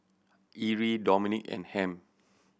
Irl Dominique and Ham